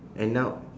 and now